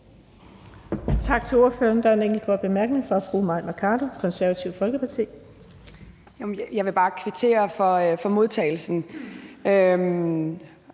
egentlig bare kvittere for modtagelsen